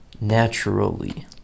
naturally